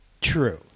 true